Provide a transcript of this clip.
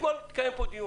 אתמול התקיים פה דיון